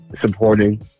supporting